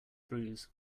bruise